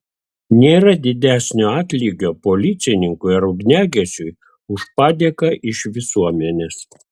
nėra didesnio atlygio policininkui ar ugniagesiui už padėką iš visuomenės